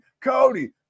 Cody